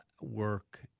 work